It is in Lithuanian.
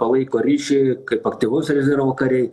palaiko ryšį kaip aktyvaus rezervo kariai